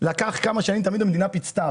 לקח כמה שנים אבל תמיד המדינה פיצתה.